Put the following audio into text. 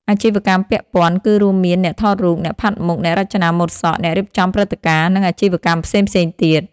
អាជីវកម្មពាក់ព័ន្ធ គឺរួមមានអ្នកថតរូប អ្នកផាត់មុខ អ្នករចនាម៉ូដសក់ អ្នករៀបចំព្រឹត្តិការណ៍ និងអាជីវកម្មផ្សេងៗទៀត។